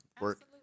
work